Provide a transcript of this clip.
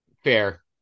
fair